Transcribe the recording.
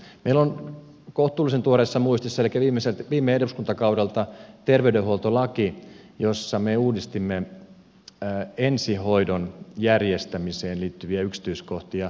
meillä on kohtuullisen tuoreessa muistissa elikkä viime eduskuntakaudelta terveydenhuoltolaki jossa me uudistimme ensihoidon järjestämiseen liittyviä yksityiskohtia